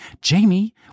jamie